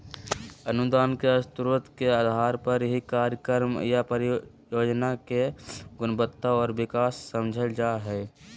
अनुदान के स्रोत के आधार पर ही कार्यक्रम या परियोजना के गुणवत्ता आर विकास समझल जा हय